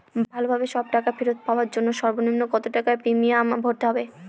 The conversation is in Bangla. ভালোভাবে সব টাকা ফেরত পাওয়ার জন্য সর্বনিম্ন কতটাকা আমায় প্রিমিয়াম ভরতে হবে?